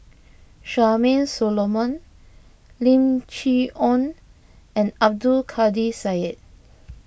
Charmaine Solomon Lim Chee Onn and Abdul Kadir Syed